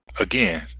again